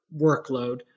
workload